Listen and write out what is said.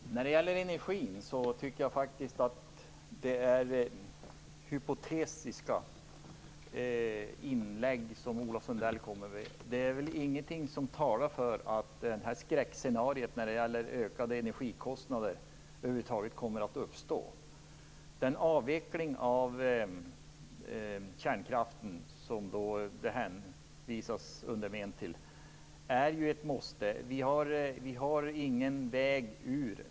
Herr talman! När det gäller energin tycker jag faktiskt Ola Sundell kommer med hypotetiska inlägg. Det är ingenting som talar för att ett skräckscenarie med ökade energikostnader kommer att uppstå. En avveckling av kärnkraften, som det hänvisas till, är ett måste. Det finns ingen väg ut.